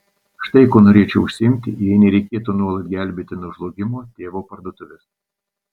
štai kuo norėčiau užsiimti jei nereikėtų nuolat gelbėti nuo žlugimo tėvo parduotuvės